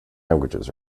languages